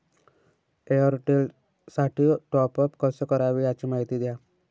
एअरटेलसाठी टॉपअप कसे करावे? याची माहिती द्या